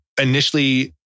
initially